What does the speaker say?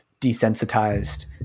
desensitized